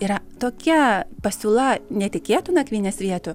yra tokia pasiūla netikėtų nakvynės vietų